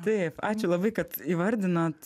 taip ačiū labai kad įvardinot